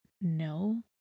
no